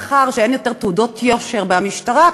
מאחר שאין יותר "תעודות יושר" מהמשטרה,